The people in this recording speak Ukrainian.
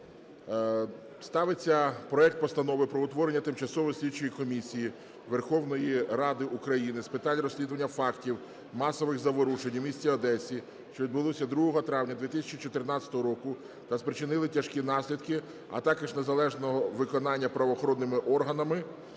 Ставиться проект Постанови про утворення Тимчасової слідчої комісії Верховної Ради України з питань розслідування фактів масових заворушень в місті Одесі, що відбулись 2 травня 2014 року та спричинили тяжкі наслідки, а також неналежного виконання правоохоронними органами